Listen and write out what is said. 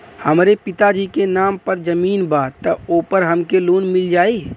हमरे पिता जी के नाम पर जमीन बा त ओपर हमके लोन मिल जाई?